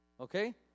Okay